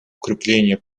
укрепление